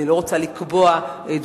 אני לא רוצה לקבוע דברים.